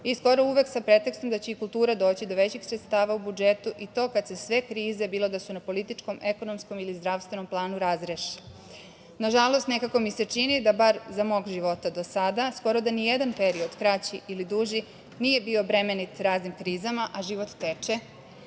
i skoro uvek sa prefiksom da će i kultura doći do većih sredstava u budžetu i to kad se sve krize, bilo da su na političkom, ekonomskom ili zdravstvenom planu, razreše. Nažalost, nekako mi se čini da bar za mog života do sada skoro da nijedan period, kraći ili duži, nije bio bremenit raznim krizama a život teče